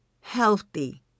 healthy